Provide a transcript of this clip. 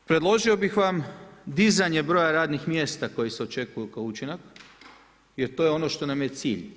Predložio bih vam dizanje broja radnih mjesta koji se očekuju kao učinak jer to je ono što nam je cilj.